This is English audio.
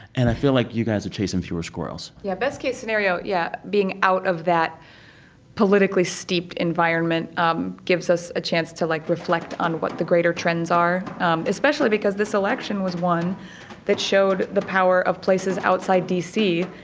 and i feel like you guys are chasing fewer squirrels yeah, best-case scenario yeah being out of that politically steeped environment um gives us a chance to, like, reflect on what the greater trends are, especially because this election was one that showed the power of places outside d c.